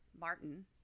Martin